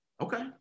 Okay